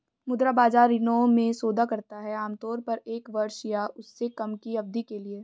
मुद्रा बाजार ऋणों में सौदा करता है आमतौर पर एक वर्ष या उससे कम की अवधि के लिए